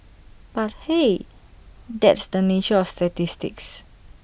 but hey that's the nature of statistics